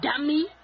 Dummy